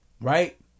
Right